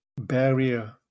barrier